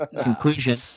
conclusion